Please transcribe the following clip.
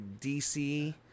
dc